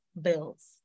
bills